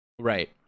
Right